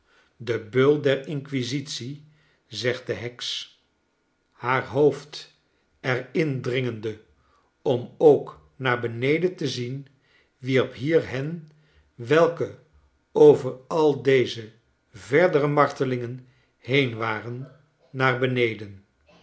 de beul der inquisitie zegt de heks haar hoofd er in dringende om ook naar beneden te zien wierp hier hen welke over al de verdere martelingen heen waren naar beneden